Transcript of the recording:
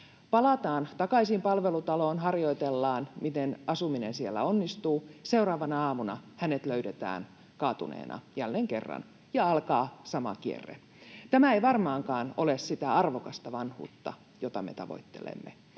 Palataan takaisin palvelutaloon, harjoitellaan, miten asuminen siellä onnistuu. Seuraavana aamuna hänet löydetään kaatuneena jälleen kerran, ja alkaa sama kierre. Tämä ei varmaankaan ole sitä arvokasta vanhuutta, jota me tavoittelemme.